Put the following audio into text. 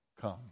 come